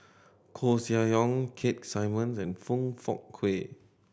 Koeh Sia Yong Keith Simmons and Foong Fook Kay